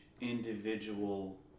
individual